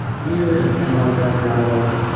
year and ten months after i was.